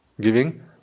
Giving